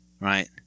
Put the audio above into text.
Right